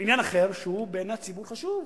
עניין אחר שבעיני הציבור הוא חשוב?